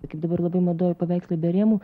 tai kaip dabar labai madoj paveikslai be rėmų